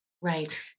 Right